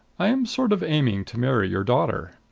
i am sort of aiming to marry your daughter.